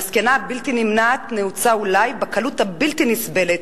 המסקנה הבלתי נמנעת נעוצה אולי בקלות הבלתי נסבלת